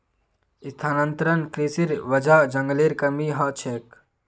स्थानांतरण कृशिर वजह जंगलेर कमी ह छेक